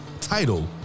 title